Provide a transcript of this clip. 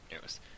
news